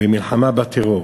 במלחמה בטרור,